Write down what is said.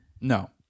No